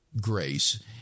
grace